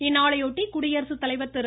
இந்நாளையொட்டி குடியரசுத்தலைவர் திரு